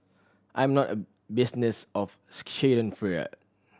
I'm not a business of schadenfreude